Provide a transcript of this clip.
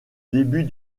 début